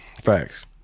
Facts